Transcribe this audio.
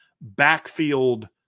backfield